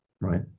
right